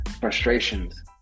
frustrations